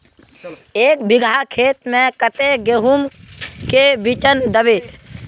एक बिगहा खेत में कते गेहूम के बिचन दबे?